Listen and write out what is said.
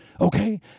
okay